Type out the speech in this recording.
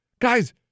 guys